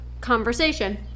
conversation